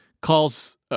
calls